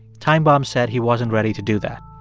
time bomb said he wasn't ready to do that.